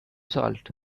salt